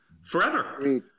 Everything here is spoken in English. forever